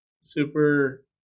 super